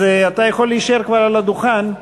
אז אתה יכול להישאר על הדוכן,